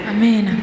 Amen